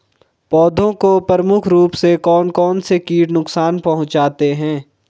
पौधों को प्रमुख रूप से कौन कौन से कीट नुकसान पहुंचाते हैं?